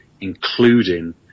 including